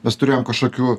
mes turėjom kažkokių